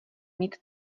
mít